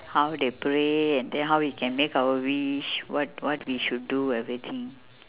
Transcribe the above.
how they pray and then how we can make our wish what what we should do everything